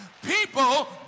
People